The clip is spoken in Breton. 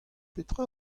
petra